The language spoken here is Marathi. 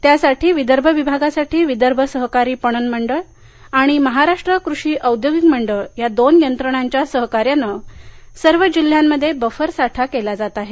त्यासाठी विदर्भ विभागासाठी विदर्भ सहकारी पणन मंडळ आणि महाराष्ट्र कृषी औद्योगिक मंडळ या दोन यंत्रणांच्या सहकार्याने सर्व जिल्ह्यांमध्ये बफर साठा केला जात आहे